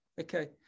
okay